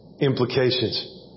implications